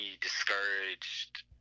discouraged